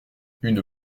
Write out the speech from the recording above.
une